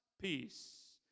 peace